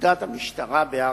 לנקודת המשטרה בהר-הבית.